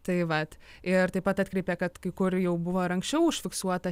tai vat ir taip pat atkreipė kad kai kur jau buvo ir anksčiau užfiksuota